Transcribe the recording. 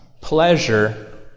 pleasure